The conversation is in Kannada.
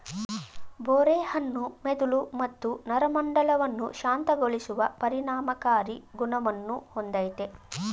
ಬೋರೆ ಹಣ್ಣು ಮೆದುಳು ಮತ್ತು ನರಮಂಡಲವನ್ನು ಶಾಂತಗೊಳಿಸುವ ಪರಿಣಾಮಕಾರಿ ಗುಣವನ್ನು ಹೊಂದಯ್ತೆ